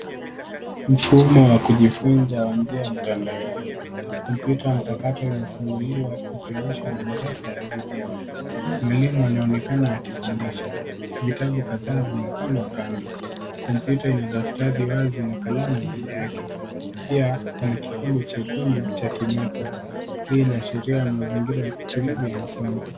Masomo ya kujifunza kwa njia ya mtandaoni. Kompyuta mpakato imefunuliwa kionyesha madarasa ya video. Mwalimu anaonekana akifundisha. Vitabu kadhaa na vimepangwa kando. Kumpyuta ina daftari wazi na kalamu mbele yake. Pia, kuna kikombe chekundu, cha kimepo. Hii inaashiria mazingira tulivu ya masono.